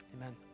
amen